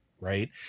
right